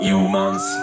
Humans